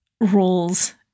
roles